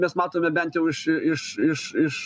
mes matome bent jau iš iš iš